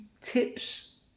tips